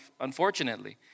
unfortunately